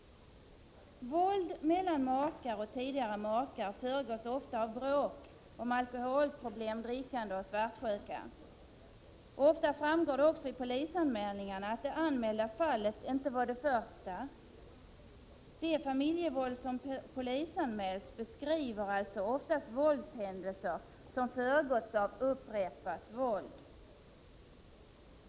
Våld mellan makar och tidigare makar föregås ofta av bråk om alkoholproblem, drickande och svartsjuka. Ofta framgår det också i polisanmälningarna att det anmälda fallet inte är det första. Det familjevåld som polisanmälts beskriver alltså oftast våldshändelser som föregåtts av upprepat våld.